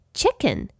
chicken